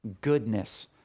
goodness